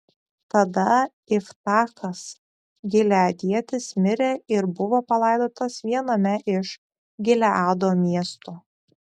tada iftachas gileadietis mirė ir buvo palaidotas viename iš gileado miestų